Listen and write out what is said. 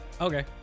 Okay